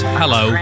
hello